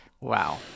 wow